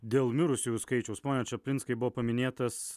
dėl mirusiųjų skaičiaus pone čaplinskai buvo paminėtas